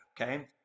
okay